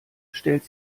stellt